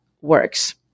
works